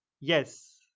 Yes